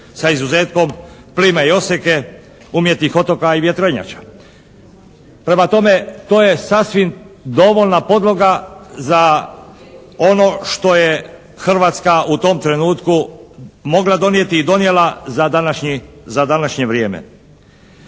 sa izuzetkom plime i oseke, umjetnih otoka i vjetrenjača. Prema tome, to je sasvim dovoljna podloga za ono što je Hrvatska u tom trenutku mogla donijeti i donijela za današnje vrijeme.